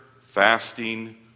fasting